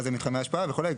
מה זה "מתחמי השפעה" וכו'.